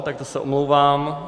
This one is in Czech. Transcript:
Tak to se omlouvám.